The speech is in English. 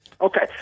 Okay